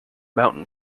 mountain